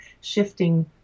shifting